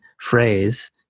phrase